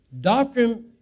Doctrine